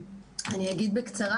אני אגיד בקצרה